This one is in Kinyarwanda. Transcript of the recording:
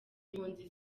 impunzi